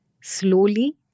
Slowly